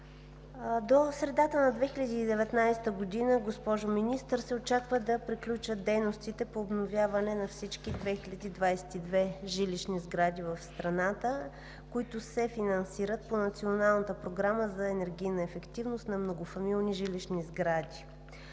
до средата на 2019 г. се очаква да приключат дейностите по обновяване на всички 2022 жилищни сгради в страната, които се финансират по Националната програма за енергийна ефективност на многофамилни жилищни сгради.